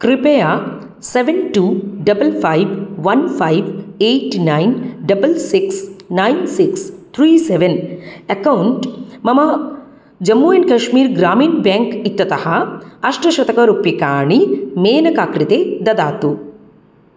कृपया seven two double five one five eight nine double six nine six three seven account मम Jammu and Kashmir ग्रामीण् bank इत्यतः अष्टशतकरूप्यकाणि मेनका कृते ददातु